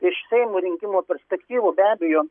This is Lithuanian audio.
iš seimų rinkimo perspektyvų be abejo